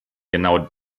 genau